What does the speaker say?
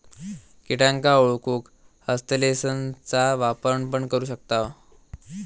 किटांका ओळखूक हस्तलेंसचा वापर पण करू शकताव